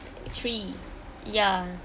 three ya